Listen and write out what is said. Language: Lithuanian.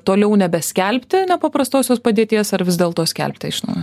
toliau nebeskelbti nepaprastosios padėties ar vis dėlto skelbti iš naujo